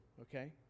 okay